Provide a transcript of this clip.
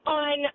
on